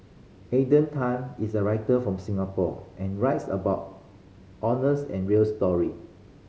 Alden Tan is a writer from Singapore and writes about honest and real story